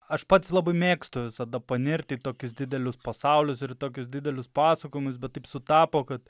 aš pats labai mėgstu visada panirti į tokius didelius pasaulius ir tokius didelius pasakojimus bet taip sutapo kad